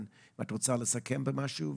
את רוצה לסכם במשהו?